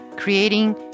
creating